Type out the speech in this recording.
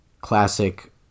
classic